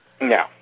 No